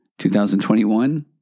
2021